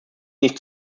nicht